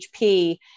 HP